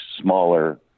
smaller